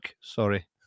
sorry